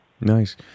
Nice